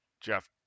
Jeff